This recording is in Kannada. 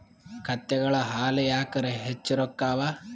ಕತ್ತೆಗಳ ಹಾಲ ಯಾಕ ಹೆಚ್ಚ ರೊಕ್ಕ ಅವಾ?